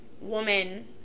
woman